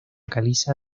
caliza